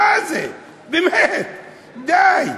באמת, די.